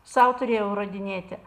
sau turėjau įrodinėti